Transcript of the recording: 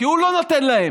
כי הוא לא נותן להם,